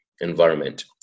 environment